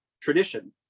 tradition